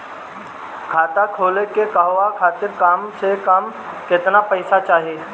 खाता खोले के कहवा खातिर कम से कम केतना पइसा चाहीं?